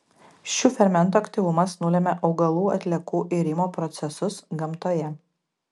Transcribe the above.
šių fermentų aktyvumas nulemia augalų atliekų irimo procesus gamtoje